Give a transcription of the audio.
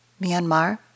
Myanmar